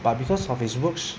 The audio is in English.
but because of his works